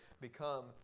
become